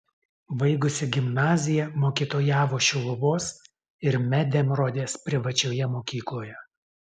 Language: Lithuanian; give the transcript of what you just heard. baigusi gimnaziją mokytojavo šiluvos ir medemrodės privačioje mokykloje